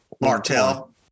Martell